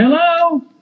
Hello